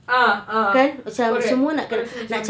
ah ah correct aku rasa macam